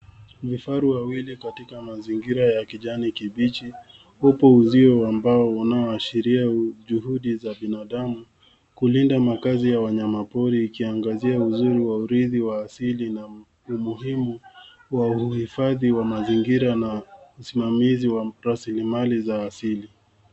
Vifaru wawili katika mazingira ya kijani kibichi. Upo uzio wa mbao unaoashiria juhudi za binadamu, kulinda makazi ya wanyamapori ikiangazia uzuri wa urithi wa asili na, umuhimu wa uhifadhi wa mazingira na, usimamizi wa rasilimali za asili.